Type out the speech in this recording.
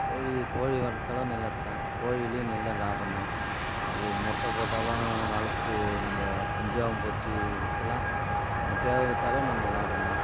கோழி கோழி வளர்த்தாலும் நல்லது தான் கோழிலையும் நல்ல லாபம் தான் அது முட்டை போட்டாலும் வளர்த்து நம்ப குஞ்சாகவும் பொரிச்சு விற்கலாம் முட்டையாகவும் விற்றாலும் நமக்கு லாபம் தான்